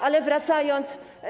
Ale wracając.